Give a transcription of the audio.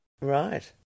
Right